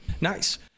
Nice